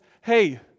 hey